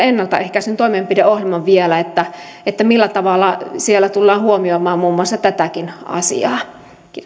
ennaltaehkäisyn toimenpideohjelman että millä tavalla siellä tullaan huomioimaan muun muassa tätäkin asiaa